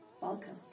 welcome